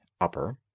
upper